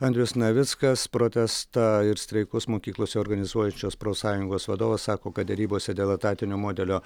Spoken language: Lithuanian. andrius navickas protestą ir streikus mokyklose organizuojančios profsąjungos vadovas sako kad derybose dėl etatinio modelio